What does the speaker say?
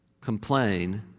complain